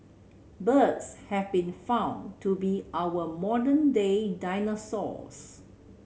birds have been found to be our modern day dinosaurs